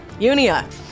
Unia